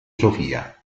sofia